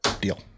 Deal